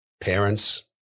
parents